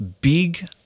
big